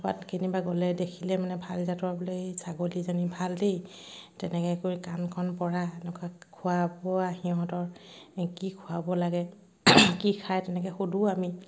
ক'ৰবাত কেনিবা গ'লে দেখিলে মানে ভাল জাতৰ বোলে এই ছাগলীজনী ভাল দেই তেনেকৈ কৰি কাণখন পৰা এনেকুৱা খোৱা বোৱা সিহঁতৰ কি খুৱাব লাগে কি খায় তেনেকৈ সোধোঁ আমি